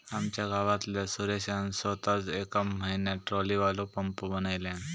आमच्या गावातल्या सुरेशान सोताच येका म्हयन्यात ट्रॉलीवालो पंप बनयल्यान